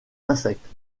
insectes